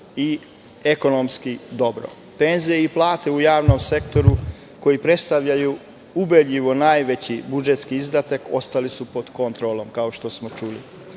i ekonomski dobro. Penzije i plate u javnom sektoru, koje predstavljaju ubedljivo najveći budžetski izdatak, ostale su pod kontrolom, kao što smo čuli.